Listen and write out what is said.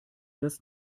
das